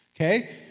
Okay